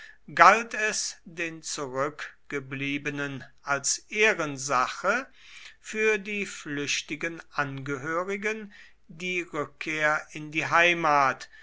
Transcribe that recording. galt es den zurückgebliebenen als ehrensache für die flüchtigen angehörigen die rückkehr in die heimat